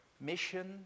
Mission